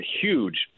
huge